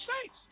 States